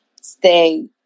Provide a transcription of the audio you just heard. stay